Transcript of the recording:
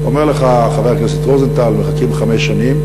אומר לך חבר הכנסת רוזנטל שמחכים חמש שנים.